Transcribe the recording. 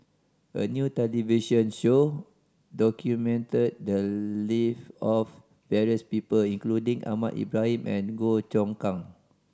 a new television show documented the live of various people including Ahmad Ibrahim and Goh Choon Kang